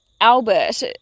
Albert